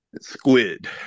squid